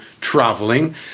traveling